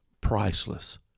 priceless